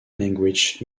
languages